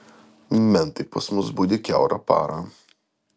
mentai pas mus budi kiaurą parą